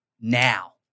now